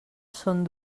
són